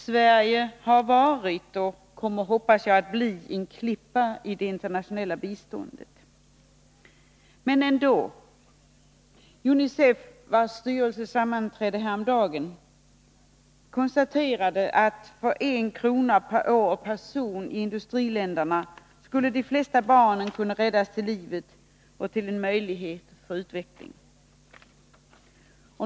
Sverige har varit och, hoppas jag, kommer att vara en klippa i det internationella biståndet. Men ändå. UNICEF, vars styrelse sammanträdde härom dagen, konsta terade att för 1 kr. per år och person i i-länderna skulle de flesta barn kunna räddas till livet och få en möjlighet till utveckling.